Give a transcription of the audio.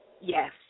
Yes